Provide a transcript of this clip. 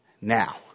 now